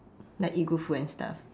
like eat good food and stuff